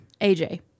AJ